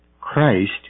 Christ